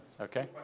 Okay